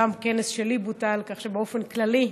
גם כנס שלי בוטל, כך שבאופן כללי,